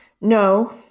No